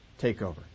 takeover